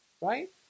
right